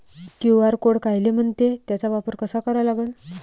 QR code कायले म्हनते, त्याचा वापर कसा करा लागन?